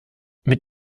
mit